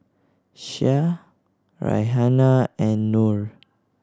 Syah Raihana and Nor